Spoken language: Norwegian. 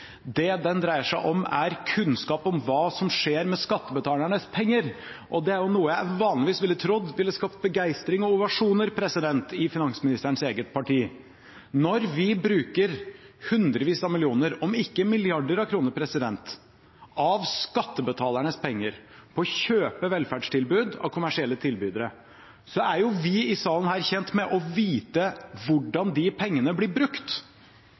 Det den dreier seg om, er kunnskap om hva som skjer med skattebetalernes penger, og det er jo noe jeg vanligvis ville trodd ville skapt begeistring og ovasjoner i finansministerens eget parti. Når vi bruker hundrevis av millioner kroner – om ikke milliarder av kroner – av skattebetalernes penger på å kjøpe velferdstilbud av kommersielle tilbydere, er jo vi i denne salen tjent med å vite hvordan disse pengene blir brukt.